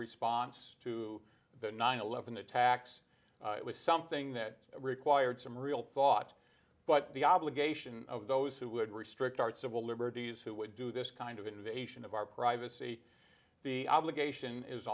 response to the nine eleven attacks it was something that required some real thought but the obligation of those who would restrict our civil liberties who would do this kind of invasion of our privacy the obligation is